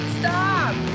Stop